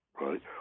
Right